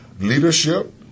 leadership